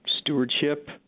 Stewardship